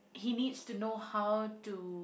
he needs to know how to